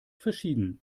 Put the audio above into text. verschieden